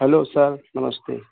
hello sir नमस्ते